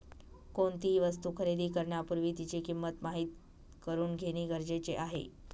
कोणतीही वस्तू खरेदी करण्यापूर्वी तिची किंमत माहित करून घेणे गरजेचे आहे